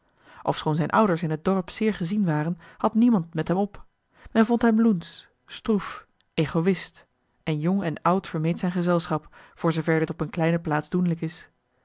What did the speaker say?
ofshoon zijn ouders in het dorp zeer gezien waren had niemand met hem op men vond hem loensch stroef egoïst en jong en oud vermeed zijn gezelschap voor zoover dit op een kleine plaats doenlijk is